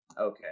okay